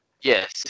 Yes